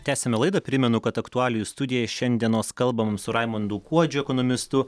tęsiame laidą primenu kad aktualijų studija šiandienos kalbam su raimundu kuodžiu ekonomistu